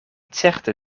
certe